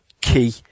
key